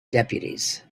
deputies